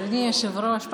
אדוני היושב-ראש,